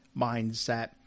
mindset